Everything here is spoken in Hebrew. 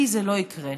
לי זה לא יקרה.